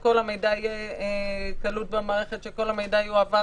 שכל המידע יהיה במערכת ושכל המידע יועבר